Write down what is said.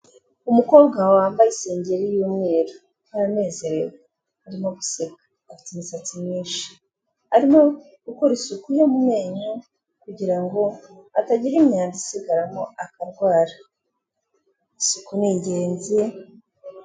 Umukobwa wambaye isengeri y'umweru yanezerewe arimo guseka afite imisatsi myinshi arimo gukora isuku yo mu memyo kugira ngo hatagira imyanda isigaramo akarwara, isuku ni ingenzi.